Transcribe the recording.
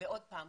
ועוד פעם,